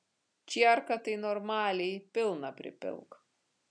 čierką tai normaliai pilną pripilk